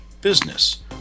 business